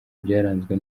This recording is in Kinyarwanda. byaranzwe